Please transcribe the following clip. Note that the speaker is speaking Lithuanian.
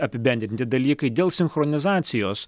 apibendrinti dalykai dėl sinchronizacijos